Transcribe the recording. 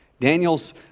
Daniel's